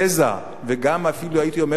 או רב-לאומיות, התזה, וגם אפילו הייתי אומר